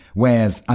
whereas